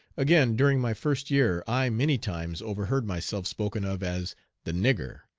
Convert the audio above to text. again, during my first year i many times overheard myself spoken of as the nigger,